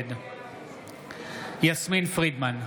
נגד יסמין פרידמן,